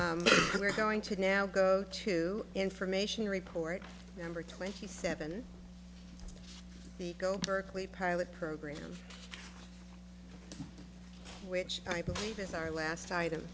j we are going to now go to information report every twenty seven go berkeley pilot program which i believe is our last item